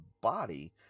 body